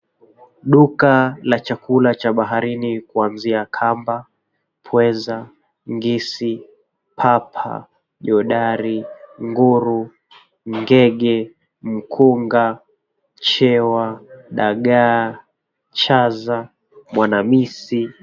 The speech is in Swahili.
Duka la chakula cha baharini kuanzia kamba, pweza, ngisi, papa, jodari, nguru, ngege, mkunga, chewa, dagaa, chaza, mwanamisi.